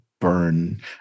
burn